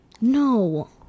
No